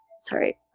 sorry